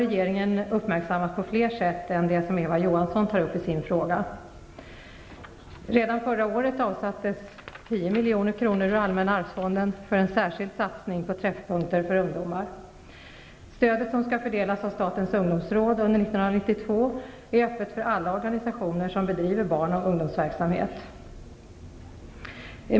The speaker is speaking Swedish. Regeringen har uppmärksammat detta på flera sätt än det som Eva Johansson tar upp i sin fråga. Redan förra året avsattes 10 milj.kr. ur allmänna arvsfonden för en särskild satsning på träffpunkter för ungdomar. Stödet, som skall fördelas av statens ungdomsråd under 1992, är öppet för alla organisationer som bedriver barn och ungdomsverksamhet.